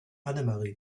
annemarie